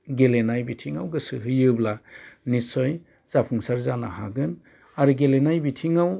गेलेनाय बिथिंआव गोसो होयोब्ला निस्सय जाफुंसार जानो हागोन आरो गेलेनाय बिथिंआव